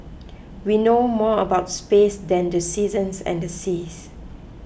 we know more about space than the seasons and the seas